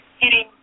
hitting